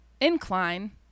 incline